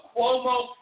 Cuomo